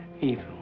evil